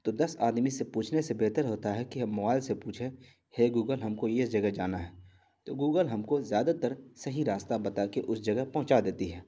تو دس آدمی سے پوچھنے سے بہتر ہوتا ہے کہ ہم موبائل سے پوچھیں ہے گوگل ہم کو یہ جگہ جانا ہے تو گوگل ہم کو زیادہ تر صحیح راستہ بتا کے اس جگہ پہنچا دیتی ہے